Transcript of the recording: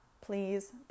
Please